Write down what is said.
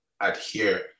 Adhere